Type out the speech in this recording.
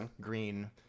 green